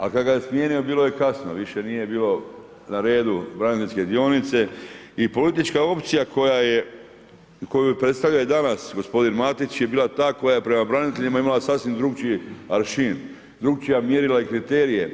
A kada ga je smijenio bilo je kasno, više nije bilo na redu braniteljske dionice, i politička opcija koju predstavlja i danas gospodin Matić je bila ta koja je prema braniteljima imala sasvim drugačije aršin drugačija mjerila i kriterije.